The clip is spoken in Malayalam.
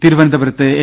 തിരുവനന്തപുരത്ത് എൻ